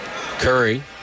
Curry